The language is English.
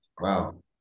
Wow